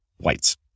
whites